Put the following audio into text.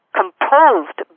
composed